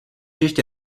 ještě